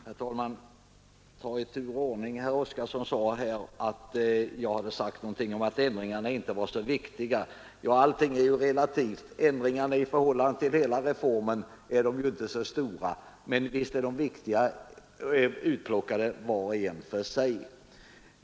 Herr talman! Jag skall försöka bemöta talarna i tur och ordning. Herr Oskarson påstod att jag sagt att ändringarna inte var så viktiga. Ja, allting är ju relativt, och i förhållande till hela reformen är ändringarna inte så stora, men visst är de viktiga utplockade var och en för sig.